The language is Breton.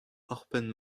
ouzhpenn